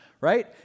right